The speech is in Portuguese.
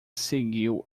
seguiu